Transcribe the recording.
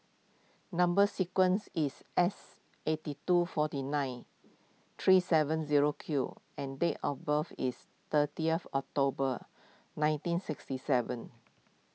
Number Sequence is S eighty two forty nine three seven zero Q and date of birth is thirtieth October nineteen sixty seven